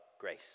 grace